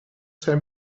zijn